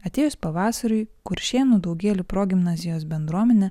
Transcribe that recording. atėjus pavasariui kuršėnų daugėlių progimnazijos bendruomenė